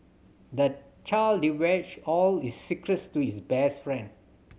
the child divulged all his secrets to his best friend